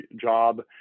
job